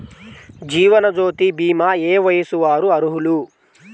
జీవనజ్యోతి భీమా ఏ వయస్సు వారు అర్హులు?